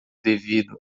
devido